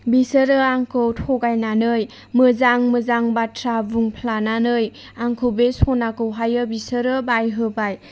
बिसोरो आंखौ थगायनानै मोजां मोजां बाथ्रा बुंफ्लानानै आंखौ बे सनाखौहायो बिसोरो बायहोबाय